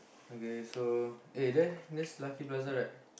okay so eh there that's Lucky-Plaza right